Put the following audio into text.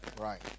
Right